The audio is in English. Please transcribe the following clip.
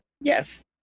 yes